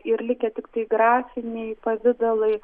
ir likę tiktai grafiniai pavidalai